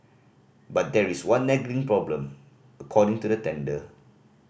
but there is one nagging problem according to the tender